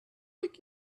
would